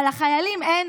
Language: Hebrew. אבל לחיילים אין.